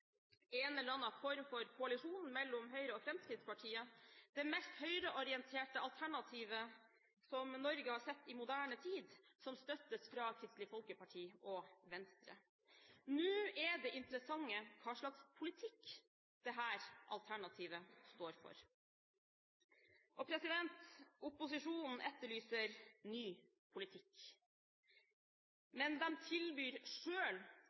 en eller annen form for koalisjon mellom Høyre og Fremskrittspartiet, det mest høyreorienterte alternativet som Norge har sett i moderne tid, som støttes av Kristelig Folkeparti og Venstre. Det interessante nå er hva slags politikk dette alternativet står for. Opposisjonen etterlyser ny politikk, men de tilbyr